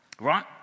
Right